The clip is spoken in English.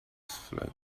float